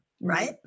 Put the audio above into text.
right